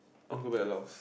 I want go back Laos